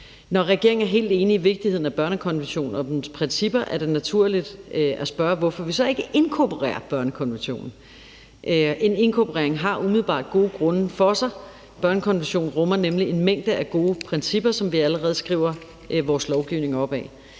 Når regeringen er helt enig i vigtigheden af børnekonventionen og dens principper, er det naturligt at spørge, hvorfor vi så ikke inkorporerer børnekonventionen. En inkorporering er der umiddelbart gode grunde for. Børnekonventionen rummer nemlig en mængde af gode principper, som vi allerede skriver vores lovgivning op ad.